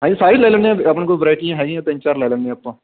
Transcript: ਹਾਂਜੀ ਸਾਰੇ ਲੈ ਲੈਂਦਾ ਆਪਣੇ ਕੋਲ ਵਰੈਟੀਆਂ ਹੈਗੀਆਂ ਤਿੰਨ ਚਾਰ ਲੈ ਲੈਂਦੇ ਆਪਾਂ